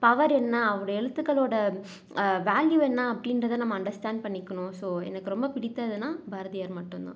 power என்ன அவர் எழுத்துக்களோட வேல்யூ என்ன அப்படின்றத நம்ம அண்டர்ஸ்டாண்ட் பண்ணிக்கணும் ஸோ எனக்கு ரொம்ப பிடித்ததுன்னால் பாரதியார் மட்டும்தான்